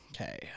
Okay